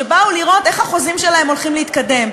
שבאו לראות איך החוזים שלהם הולכים להתקדם.